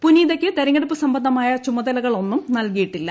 പുനീതയ്ക്ക് തെരഞ്ഞെടുപ്പ് സംബന്ധമായ ചുമതകളൊന്നും നൽകിയിട്ടില്ല